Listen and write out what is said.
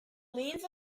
leans